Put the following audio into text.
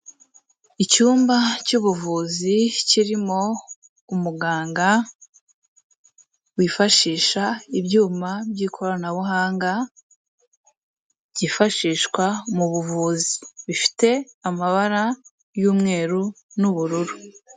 Icyumba cy'ubuvuzi kirimo umuganga wifashisha ibyuma by'ikoranabuhanga byifashishwa mu buvuzi. Bifite amabara y'umweru n'ubururu.